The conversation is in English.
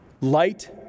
Light